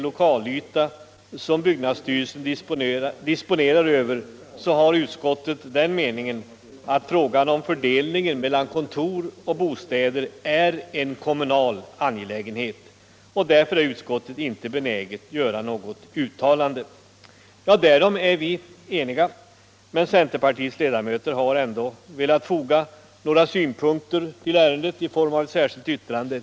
lokalyta som byggnadsstyrelsen disponerar över har utskottet den meningen att frågan om fördelningen mellan kontor och bostäder är en kommunal angelägenhet. Därför är utskottet inte benäget göra något uttalande. Därom är vi eniga, men centerpartiets ledamöter har ändå velat tillfoga några synpunkter i form av ett särskilt yttrande.